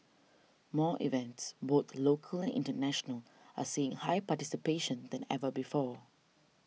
more events both local and international are seeing higher participation than ever before